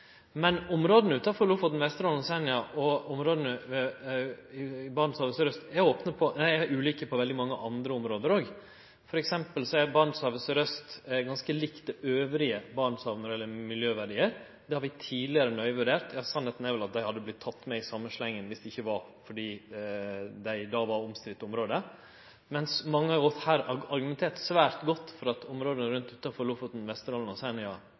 men områda utanfor Lofoten, Vesterålen og Senja og områda i Barentshavet søraust er ulike på veldig mange andre område òg. For eksempel er Barentshavet søraust ganske likt resten av Barentshavet når det gjeld miljøverdiar. Det har vi tidlegare nøye vurdert. Sanninga er vel at det hadde vorte teke med i same slengen viss om det ikkje var fordi det då var eit omstridd område – mens mange av oss her har argumentert svært godt for at områda utanfor Lofoten, Vesterålen og